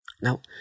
Now